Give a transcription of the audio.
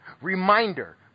Reminder